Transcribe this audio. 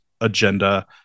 agenda